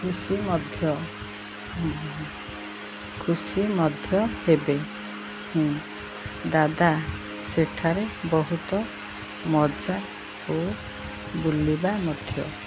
ଖୁସି ମଧ୍ୟ ଖୁସି ମଧ୍ୟ ହେବେ ଦାଦା ସେଠାରେ ବହୁତ ମଜା ଓ ବୁଲିବା ମଧ୍ୟ